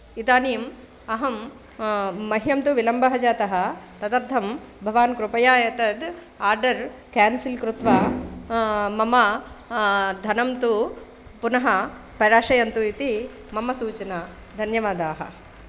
इदानिम् अहं मह्यं तु विलम्बः जातः तदर्थं भवान् कृपया एतद् आर्डर् क्यान्सल् कृत्वा मम धनं तु पुनः प्रेशयन्तु इति मम सूचना धन्यवादाः